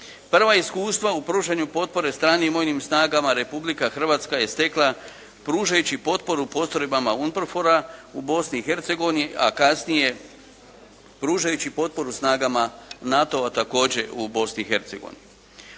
Prva iskustva u pružanju potpore stranim vojnim snagama Republika Hrvatska je stekla pružajući potporu postrojbama UNPROFOR-a u Bosni i Hercegovini, a kasnije pružajući potporu snagama NATO-a također u Bosni